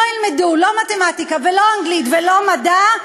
ילמדו לא מתמטיקה ולא אנגלית ולא מדע,